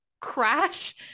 crash